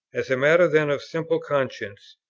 as a matter, then, of simple conscience,